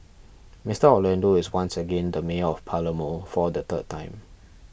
Mister Orlando is once again the mayor of Palermo for the third time